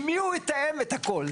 עם מי הוא יתאם את הכל?